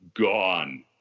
gone